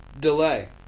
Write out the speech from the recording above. delay